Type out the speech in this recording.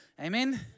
Amen